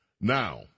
Now